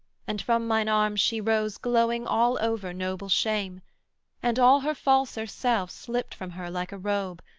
and from mine arms she rose glowing all over noble shame and all her falser self slipt from her like a robe,